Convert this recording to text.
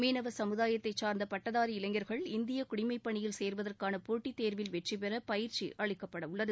மீனவ சமுதாயத்தைச் சார்ந்த பட்டதாரி இளைஞர்கள் இந்திய குடிமைப் பணியில் சேர்வதற்கான போட்டித் தேர்வில் வெற்றி பெற பயிற்சி அளிக்கப்படவுள்ளது